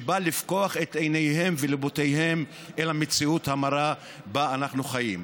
שבא לפקוח את עיניהם וליבותיהם אל המציאות המרה שבה אנחנו חיים.